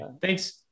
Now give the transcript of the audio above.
Thanks